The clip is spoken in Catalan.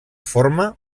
forma